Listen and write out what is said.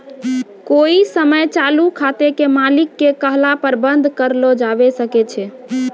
कोइ समय चालू खाते के मालिक के कहला पर बन्द कर लो जावै सकै छै